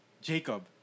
Jacob